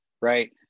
right